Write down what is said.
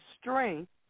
strength